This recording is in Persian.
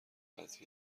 قضیه